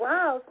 Wow